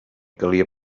calia